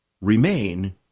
remain